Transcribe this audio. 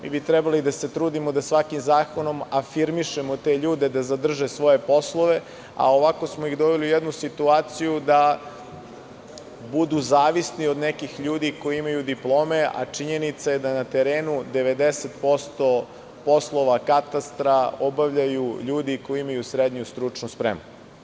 Mi bi trebali da se trudimo da svakim zakonom afirmišemo te ljude da zadrže svoje poslove, a ovako smo ih doveli u jednu situaciju da budu zavisni od nekih ljudi koji imaju diplome, a činjenica je da na terenu 90% poslova katastra obavljaju ljudi koji imaju srednju stručnu spremu.